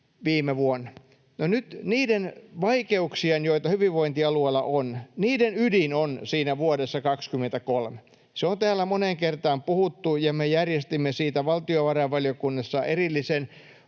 viime vuonna. No nyt niiden vaikeuksien, joita hyvinvointialueilla on, ydin on siinä vuodessa 23. Se on täällä moneen kertaan puhuttu, ja me järjestimme siitä valtiovarainvaliokunnassa erillisen,